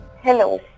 Hello